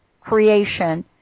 creation